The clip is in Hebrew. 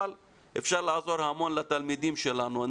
אבל גם אפשר לעזור המון לתלמידים שלנו.